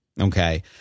Okay